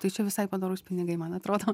tai čia visai padorūs pinigai man atrodo